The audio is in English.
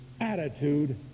attitude